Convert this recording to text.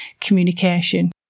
communication